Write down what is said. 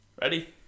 Ready